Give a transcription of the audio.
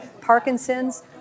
Parkinson's